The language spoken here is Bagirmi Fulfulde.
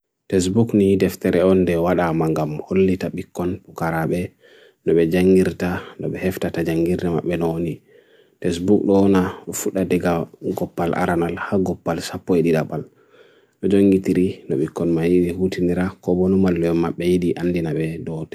Desbuk ni def tere on de wada man gam hollita bikon pukarabe nobe jangir ta, nobe hefta ta jangir na magbeno oni Desbuk loona, ufuda tega un koppal aranal ha goppal, sapo edi da bal nojo ingi tiri, nobikon maihuti nira, ko bonumal leo magbeidi andi na be doote